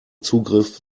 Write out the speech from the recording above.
zugriff